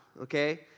okay